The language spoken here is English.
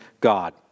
God